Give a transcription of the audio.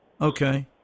Okay